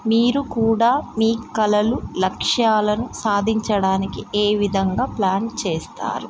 మీరు కూడా మీ కళలు లక్ష్యాలను సాధించడానికి ఏ విధంగా ప్లాన్ చేస్తారు